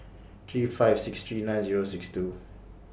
three five six three nine Zero six two